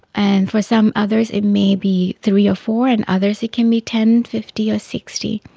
and for some others it may be three or four, and others it can be ten, fifty or sixty.